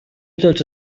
tots